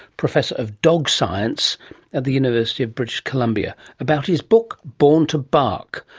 professor of dog science at the university of british columbia, about his book born to bark,